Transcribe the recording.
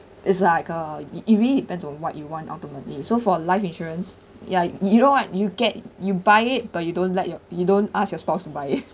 is like a it it really depends on what you want ultimately so for a life insurance ya you you know right you get you buy it but you don't let your you don't ask your spouse to buy it